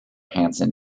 hanson